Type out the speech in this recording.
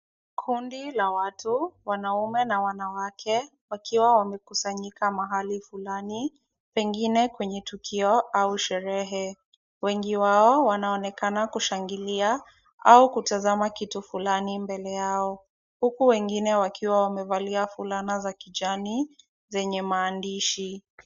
Kundi la watu, wanaume na wanawake wakiwa wamekusanyika mahali fulani, pengine kwenye tukio au sherehe. Wengi wao wanaonekana kushangilia au kutazama kitu fulani mbele yao, huku wengine wakiwa wamevalia fulana za kijani zenye maandishi.